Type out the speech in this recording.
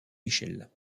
michel